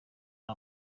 ari